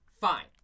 Fine